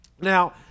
Now